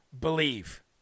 believe